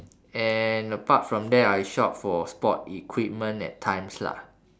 and apart from that I shop for sport equipment at times lah